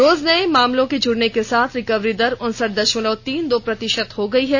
रोज नए मामलों के जुड़ने के साथ रिकवरी दर उनसठ दशमलव तीन दो प्रतिशत हो गई है